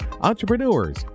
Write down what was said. entrepreneurs